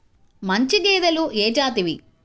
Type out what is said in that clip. మంచి గేదెలు ఏ జాతివి?